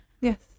yes